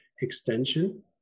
extension